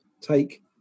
take